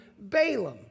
Balaam